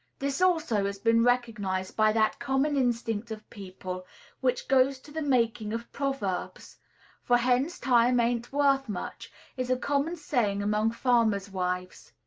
this also has been recognized by that common instinct of people which goes to the making of proverbs for hen's time ain't worth much is a common saying among farmers' wives.